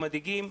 מדאיגים,